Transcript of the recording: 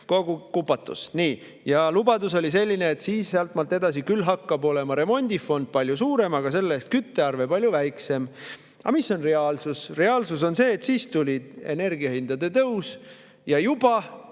kogu kupatus. Ja lubadus oli selline, et sealtmaalt edasi hakkab olema remondifond palju suurem, aga selle eest küttearve palju väiksem. Aga mis on reaalsus? Reaalsus on see, et siis tuli energiahindade tõus ja juba